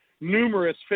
numerous